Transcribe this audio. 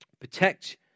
Protect